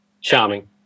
Charming